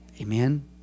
Amen